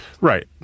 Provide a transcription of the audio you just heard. Right